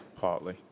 Partly